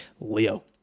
leo